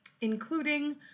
including